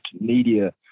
media